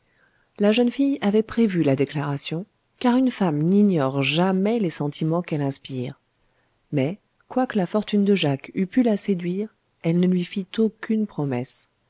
la jeune fille avait prévu la déclaration car une femme n'ignore jamais les sentiments qu'elle inspire mais quoique la fortune de jacques eût pu la séduire elle ne lui fit aucune promesse